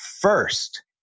first